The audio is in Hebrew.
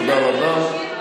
אל תשיבו